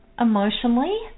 emotionally